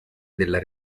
della